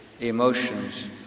emotions